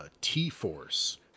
T-Force